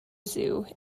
zoo